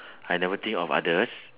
I never think of others